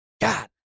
God